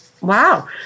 Wow